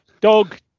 dog